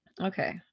Okay